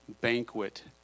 banquet